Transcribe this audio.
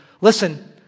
listen